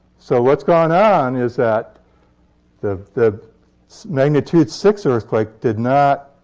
so what's gone on is that the the magnitude six earthquake did not